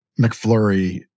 McFlurry